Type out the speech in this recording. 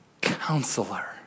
Counselor